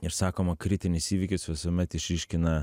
ir sakoma kritinis įvykis visuomet išryškina